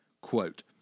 Quote